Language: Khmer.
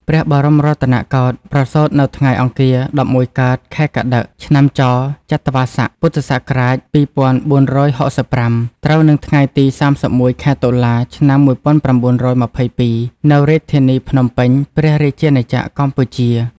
ព្រះបរមរតនកោដ្ឋ ប្រសូតនៅថ្ងៃអង្គារ ១១កើត ខែកត្តិក ឆ្នាំច ចត្វាស័ក ព.ស.២៤៦៥ ត្រូវនឹងថ្ងៃទី៣១ ខែតុលា ឆ្នាំ១៩២២ នៅរាជធានីភ្នំពេញ ព្រះរាជាណាចក្រកម្ពុជា។